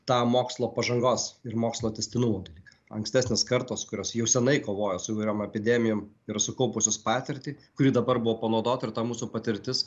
tą mokslo pažangos ir mokslo tęstinumo dalyką ankstesnės kartos kurios jau seniai kovoja su įvairiom epidemijom yra sukaupus patirtį kuri dabar buvo panaudota ir ta mūsų patirtis